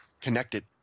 connected